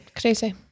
Crazy